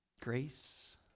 Grace